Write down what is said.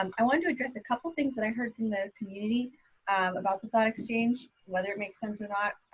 um i wanted to address a couple things that i heard from the community about the thought exchange, whether it makes sense or not,